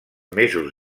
mesos